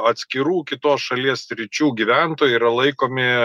atskirų kitos šalies sričių gyventojai yra laikomi